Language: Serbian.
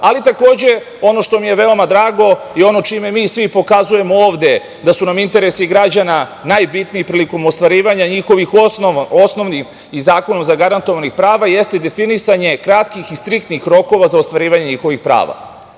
trgovca. Takođe, ono što mi je veoma drago i ono čime mi svi pokazujemo ovde da su nam interesi građana najbitniji prilikom ostvarivanja njihovih osnovnih i zakonom zagarantovanih prava, jeste definisanje kratkih i striktnih rokova za ostvarivanje njihovih prava.